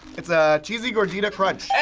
it's a cheesy gordita crunch. ay.